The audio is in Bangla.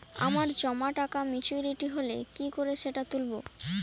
আমার জমা টাকা মেচুউরিটি হলে কি করে সেটা তুলব?